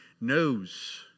knows